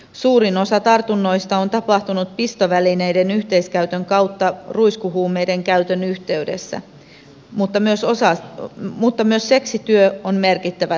suurin osa tartunnoista on tapahtunut pistovälineiden yhteiskäytön kautta ruiskuhuumeiden käytön yhteydessä mutta myös seksityö on merkittävä tekijä